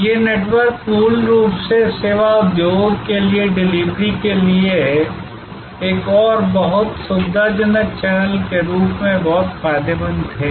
ये नेटवर्क मूल रूप से सेवा उद्योगों के लिए डिलीवरी के लिए एक और बहुत सुविधाजनक चैनल के रूप में बहुत फायदेमंद थे